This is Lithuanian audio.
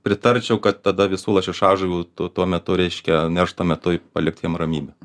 pritarčiau kad tada visų lašišažuvių tu tuo metu reiškia neršto metu į palikt jom ramybę